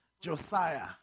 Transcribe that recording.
Josiah